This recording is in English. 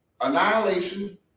Annihilation